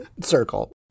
circle